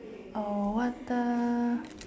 oh what the